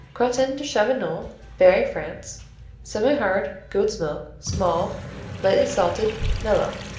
crottin de chavignol berry, france semihard goat's milk small lightly salted mellow.